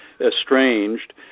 estranged